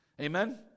Amen